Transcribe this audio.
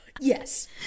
Yes